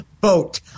boat